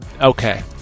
okay